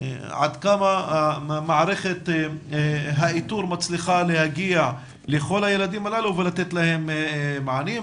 עד כמה מערכת האיתור מצליחה להגיע לכל הילדים הללו ולתת להם מענים.